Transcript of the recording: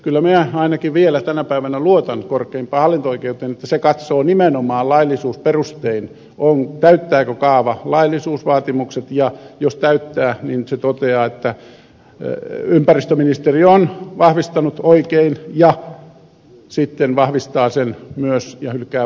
kyllä minä ainakin vielä tänä päivänä luotan korkeimpaan hallinto oikeuteen että se katsoo nimenomaan laillisuusperustein täyttääkö kaava laillisuusvaatimukset ja jos täyttää se toteaa että ympäristöministeriö on vahvistanut oikein ja sitten vahvistaa sen myös ja hylkää mahdolliset valitukset